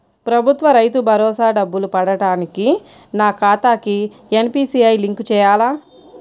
ప్రభుత్వ రైతు భరోసా డబ్బులు పడటానికి నా ఖాతాకి ఎన్.పీ.సి.ఐ లింక్ చేయాలా?